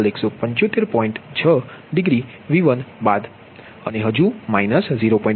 6 degree V1 બાદ અને હજુ માઈનસ 0